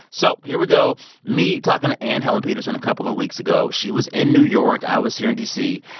so here we go me talking to anne helen petersen a couple of weeks ago. she was in new york. i was here in d c.